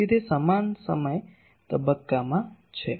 તેથી તે સમાન સમય તબક્કામાં છે